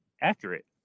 accurate